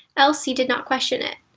elsie did not question it.